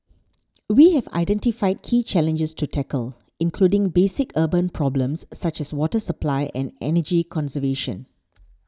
we have identified key challenges to tackle including basic urban problems such as water supply and energy conservation